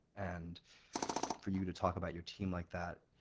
and for you to talk about your team like that,